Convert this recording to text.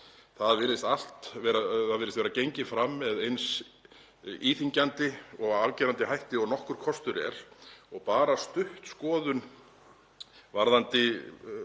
Það virðist vera gengið fram með eins íþyngjandi og afgerandi hætti og nokkur kostur er. Bara stutt skoðun varðandi